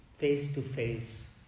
face-to-face